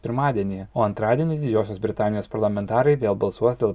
pirmadienį o antradienį didžiosios britanijos parlamentarai vėl balsuos dėl